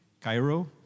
Cairo